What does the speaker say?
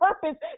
purpose